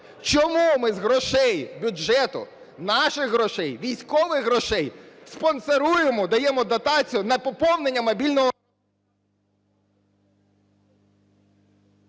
Чому ми з грошей бюджету, наших грошей, військових грошей спонсоруємо, даємо дотацію на поповнення мобільного ...